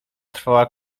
trwała